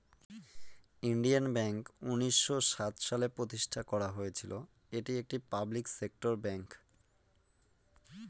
Indian bank উনিশশো সাত সালে প্রতিষ্ঠান করা হয়েছিল এটি একটি পাবলিক সেক্টর ব্যাঙ্ক